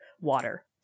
water